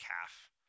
calf